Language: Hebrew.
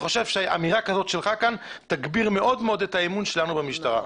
אמירה כזו שלך פה תגביר מאוד את האמון שלנו במשטרה.